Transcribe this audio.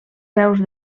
peus